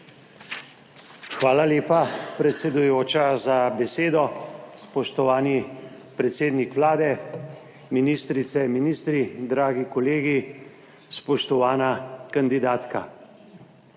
Hvala lepa predsedujoča za besedo. Spoštovani predsednik Vlade, ministrice, ministri, dragi kolegi, spoštovana kandidatka.